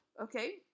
okay